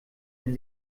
denn